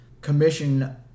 commission